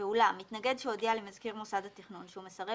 ואולם מתנגד שהודיע למזכיר מוסד התכנון שהוא מסרב